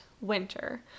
winter